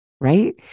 right